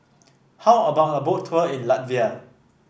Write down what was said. how about a Boat Tour in Latvia